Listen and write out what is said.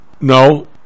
no